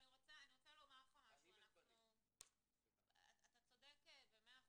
--- אתה צודק במאה אחוזים,